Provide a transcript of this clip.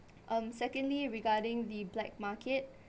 um secondly regarding the black market